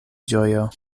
ĝojo